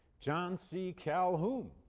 john c. calhoun,